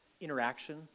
interaction